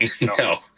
No